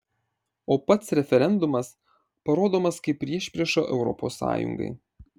o pats referendumas parodomas kaip priešprieša europos sąjungai